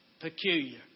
peculiar